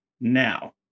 now